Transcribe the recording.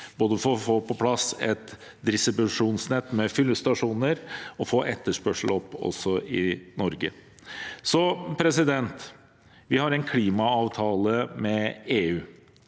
både for å få på plass et distribusjonsnett med fyllestasjoner og å få etterspørselen opp også i Norge. Vi har en klimaavtale med EU,